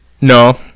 No